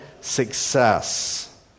success